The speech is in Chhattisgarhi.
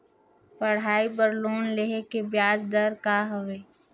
पढ़ाई बर लोन लेहे के ब्याज दर का हवे?